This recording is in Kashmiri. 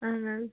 اَہَن حظ